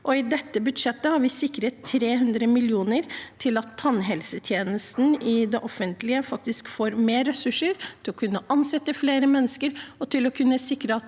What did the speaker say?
I dette budsjettet har vi sikret 300 mill. kr til at tannhelsetjenesten i det offentlige faktisk får mer ressurser til å kunne ansette flere mennesker og til å kunne sikre at